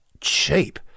cheap